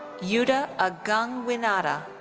yuda agung winata.